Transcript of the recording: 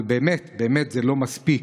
אבל זה באמת לא מספיק.